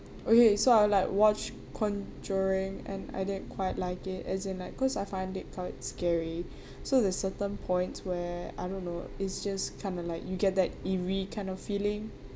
okay so I like watched conjuring and I didn't quite like it as in like because I find it quite scary so there's certain points where I don't know it's just kind of like you get that eerie kind of feeling